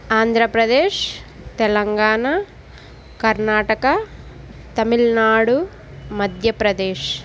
Andhra Pradesh Telangana Karnataka Tamil Nadu Madhya Pradesh